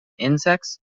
insects